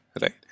right